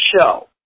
show